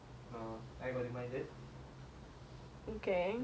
okay so um next question is